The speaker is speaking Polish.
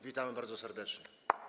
Witamy bardzo serdecznie.